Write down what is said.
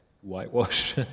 whitewash